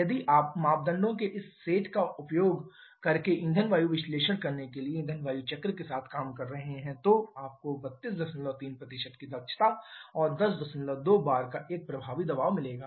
यदि आप मापदंडों के इस सेट का उपयोग करके ईंधन वायु विश्लेषण करने के लिए ईंधन वायु चक्र के साथ काम कर रहे हैं तो आपको 323 की दक्षता और 102 bar का एक प्रभावी दबाव मिलेगा